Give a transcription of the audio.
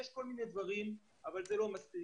יש כל מיני דברים, אבל זה לא מספיק.